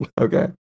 Okay